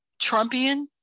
Trumpian